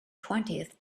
twentieth